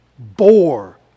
bore